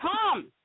Tom